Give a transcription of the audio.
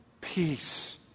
Peace